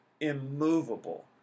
immovable